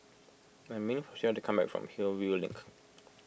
I for Sheilah to come back from Hillview Link